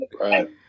Right